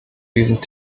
diesem